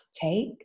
take